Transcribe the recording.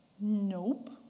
Nope